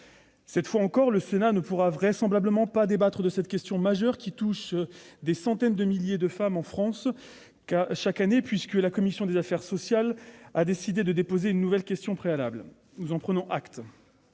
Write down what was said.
Cette fois encore, le Sénat ne pourra vraisemblablement pas débattre de cette question majeure, qui touche des centaines de milliers de femmes en France chaque année, puisque la commission des affaires sociales a décidé de déposer une nouvelle motion tendant à opposer la question préalable. Nous en prenons acte.